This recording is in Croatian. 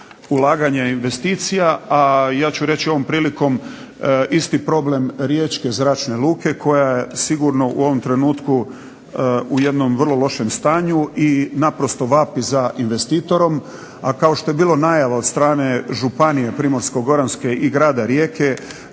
ulaganja investicija, a ja ću reći ovom prilikom isti problem Riječke zračne luke koja je sigurno u ovom trenutku u jednom vrlo lošem stanju i naprosto vapi za investitorom. A kao što je bilo najave od strane županije Primorsko-goranske i grada Rijeke